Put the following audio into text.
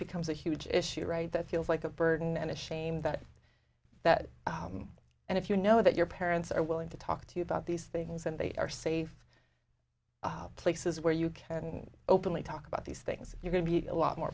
becomes a huge issue right that feels like a burden and a shame that that and if you know that your parents are willing to talk to you about these things and they are safe places where you can openly talk about these things you can be a lot more